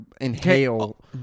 inhale